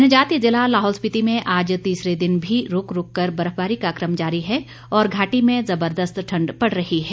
जनजातीय जिला लाहौल स्पीति में आज तीसरे दिन भी रूक रूक कर बर्फबारी का क्रम जारी है और घाटी में ज़बरदस्त ठंड पड़ रही है